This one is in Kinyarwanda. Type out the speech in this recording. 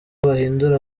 bahindura